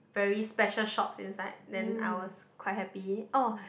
very special shops inside then I was quite happy oh